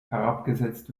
herabgesetzt